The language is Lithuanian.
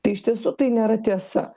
tai iš tiesų tai nėra tiesa